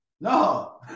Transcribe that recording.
no